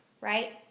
right